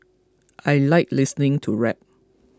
I like listening to rap